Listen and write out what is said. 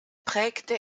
prägte